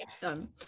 done